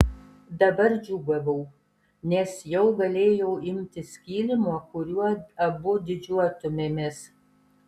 dabar džiūgavau nes jau galėjau imtis kilimo kuriuo abu didžiuotumėmės